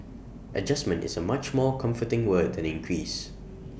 adjustment is A much more comforting word than increase